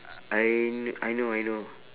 I I know I know